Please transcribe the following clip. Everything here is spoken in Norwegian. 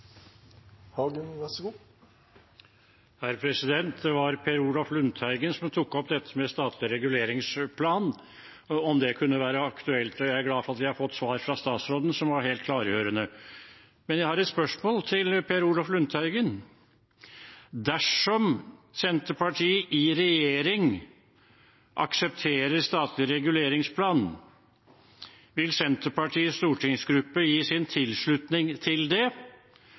Det var Per Olaf Lundteigen som tok opp dette med statlig reguleringsplan, om det kunne være aktuelt. Jeg er glad for at vi har fått svar fra statsråden, som var helt klargjørende. Men jeg har et spørsmål til Per Olaf Lundteigen: Dersom Senterpartiet i regjering aksepterer statlig reguleringsplan, vil Senterpartiets stortingsgruppe gi sin tilslutning til det?